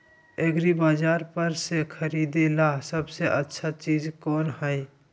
एग्रिबाजार पर से खरीदे ला सबसे अच्छा चीज कोन हई?